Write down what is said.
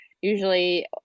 usually